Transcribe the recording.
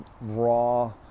raw